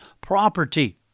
property